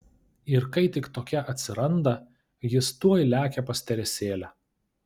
ir kai tik tokia atsiranda jis tuoj lekia pas teresėlę